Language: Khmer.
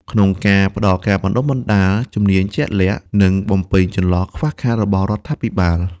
ក្នុងការផ្តល់ការបណ្តុះបណ្តាលជំនាញជាក់លាក់ និងបំពេញចន្លោះខ្វះខាតរបស់រដ្ឋាភិបាល។